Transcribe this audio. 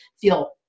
feel